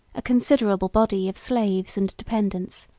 a considerable body of slaves and dependants,